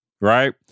right